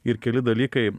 ir keli dalykai